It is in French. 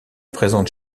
présente